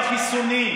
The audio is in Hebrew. בול כמו צ'רצ'יל.